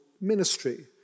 ministry